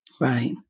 Right